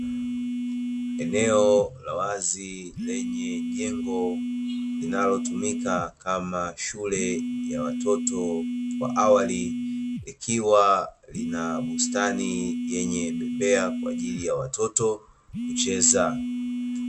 Eneo la wazi lenye jengo linalotumika kama shule ya watoto wa awali likiwa linabustani yenye bembea kwa ajili ya watoto kucheza.